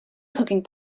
cooking